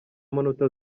manota